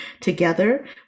together